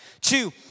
Two